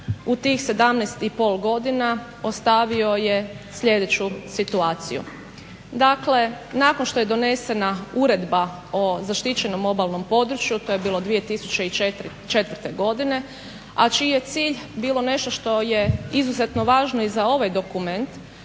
u tih 17 i pol godina ostavio je sljedeću situaciju. Dakle, nakon što je donesena Uredba o zaštićenom obalnom području to je bilo 2004. godine a čiji je cilj bilo nešto što je izuzetno važno i za ovaj dokument,